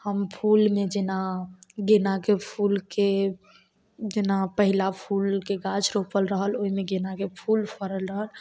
हम फूलमे जेना गेनाके फूलके जेना पहिला फूलके गाछ रोपल रहल ओइमे गेनाके फूल फड़ल रहल